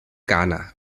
ghana